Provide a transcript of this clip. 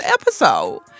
episode